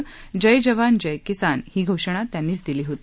जय जवान जय किसान ही घोषणा त्यांनीच दिली होती